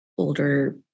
older